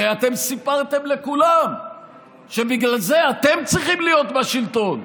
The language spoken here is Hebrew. הרי אתם סיפרתם לכולם שבגלל זה אתם צריכים להיות בשלטון,